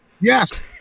Yes